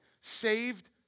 Saved